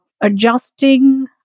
adjusting